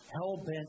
hell-bent